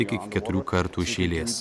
iki keturių kartų iš eilės